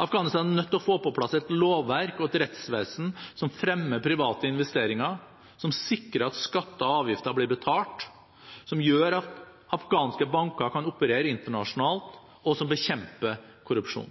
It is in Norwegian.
Afghanistan er nødt til å få på plass et lovverk og et rettsvesen som fremmer private investeringer, som sikrer at skatter og avgifter blir betalt, som gjør at afghanske banker kan operere internasjonalt, og som bekjemper korrupsjon.